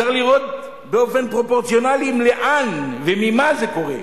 צריך לראות באופן פרופורציונלי לאן וממה זה קורה.